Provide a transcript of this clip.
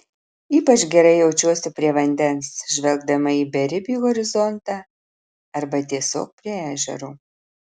ypač gerai jaučiuosi prie vandens žvelgdama į beribį horizontą arba tiesiog prie ežero